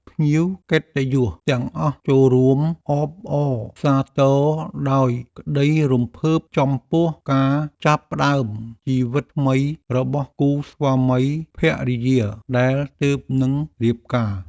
ភ្ញៀវកិត្តិយសទាំងអស់ចូលរួមអបអរសាទរដោយក្តីរំភើបចំពោះការចាប់ផ្តើមជីវិតថ្មីរបស់គូស្វាមីភរិយាដែលទើបនឹងរៀបការ។